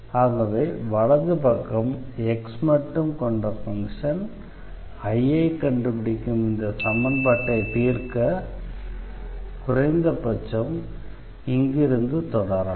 ஆகவே வலது பக்கம் x மட்டும் கொண்ட ஃபங்ஷன் எனவே I ஐ கண்டுபிடிக்கும் இந்த சமன்பாட்டைத் தீர்க்க குறைந்தபட்சம் இங்கிருந்து தொடரலாம்